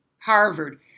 Harvard